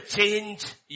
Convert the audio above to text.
change